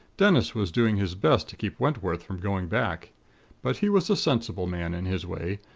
dennis was doing his best to keep wentworth from going back but he was a sensible man in his way,